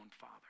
father